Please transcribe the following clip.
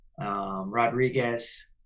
Rodriguez